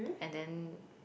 and then